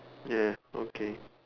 ya okay